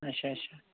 اَچھا اَچھا